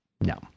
No